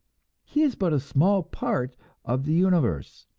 he is but a small part of the universe,